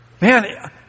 Man